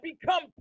become